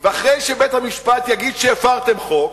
ואחרי שבית-המשפט יגיד שהפרתם חוק,